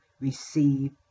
receive